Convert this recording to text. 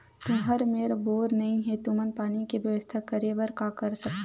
तुहर मेर बोर नइ हे तुमन पानी के बेवस्था करेबर का कर सकथव?